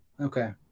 okay